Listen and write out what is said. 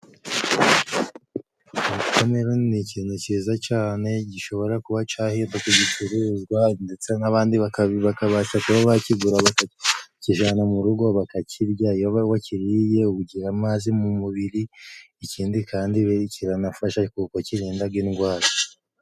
Wotameroni ni ikintu ciza cane gishobora kuba cahinduka igicuruzwa, ndetse n'abandi baka bakabasha kuba bakigura bakijyanaa mu rugo bakakirya iyo wakiriye ugira amazi mu mubiri ikindi kandi kiranafasha kuko kirindaga indwara.